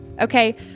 okay